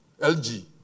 LG